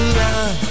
love